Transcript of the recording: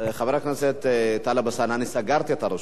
חבר הכנסת טלב אלסאנע, אני סגרתי את הרשימה.